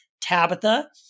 Tabitha